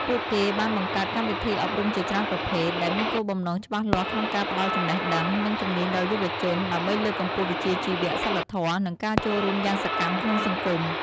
ពួកគេបានបង្កើតកម្មវិធីអប់រំជាច្រើនប្រភេទ ដែលមានគោលបំណងច្បាស់លាស់ក្នុងការផ្តល់ចំណេះដឹង និងជំនាញដល់យុវជន ដើម្បីលើកកម្ពស់វិជ្ជាជីវៈ សីលធម៌ និងការចូលរួមយ៉ាងសកម្មក្នុងសង្គម។